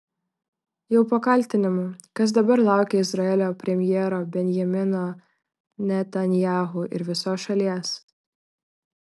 jau po kaltinimų kas dabar laukia izraelio premjero benjamino netanyahu ir visos šalies